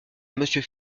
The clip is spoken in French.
monsieur